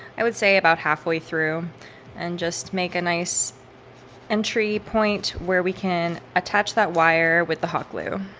i would say about halfway through and just make a nice entry point where we can attach that wire with the hot glue